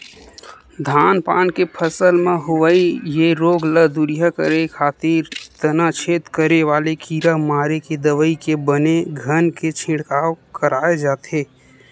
धान पान के फसल म होवई ये रोग ल दूरिहा करे खातिर तनाछेद करे वाले कीरा मारे के दवई के बने घन के छिड़काव कराय जाथे